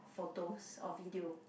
photos or video